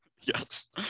Yes